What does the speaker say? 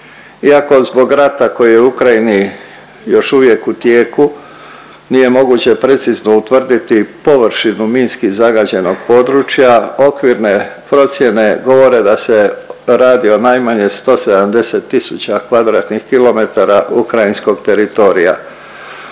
Iako zbog rata koji je u Ukrajini još uvijek u tijeku nije moguće precizno utvrditi površinu minski zagađenog područja. Okvirne procijene govore da se radi o najmanje 170 tisuća kvadratnih